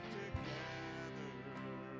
together